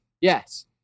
Yes